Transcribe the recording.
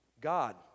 God